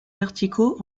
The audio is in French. verticaux